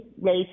raise